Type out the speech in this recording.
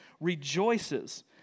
rejoices